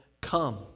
come